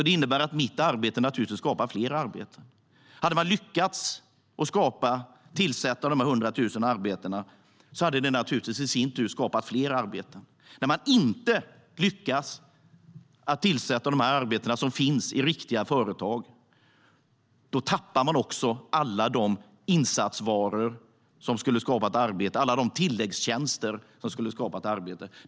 Det innebär att mitt arbete naturligtvis skapar fler arbeten. När man inte lyckas tillsätta de här arbetena, som finns i riktiga företag, tappar man alla de insatsvaror som skulle ha skapat arbete, alla de tilläggstjänster som skulle ha skapat arbete.